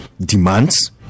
demands